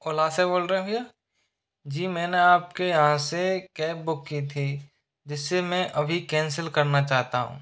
ओला से बोल रहे हैं भैया जी मैंने आपके यहाँ से कैब बुक की थी जिसे मैं अभी कैंसिल करना चाहता हूँ